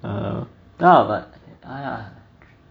err ya but !aiya!